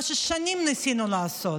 מה ששנים ניסינו לעשות,